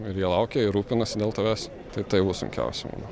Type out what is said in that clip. ir jie laukia ir rūpinasi dėl tavęs tai tai bus sunkiausia manau